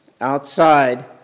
outside